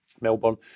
Melbourne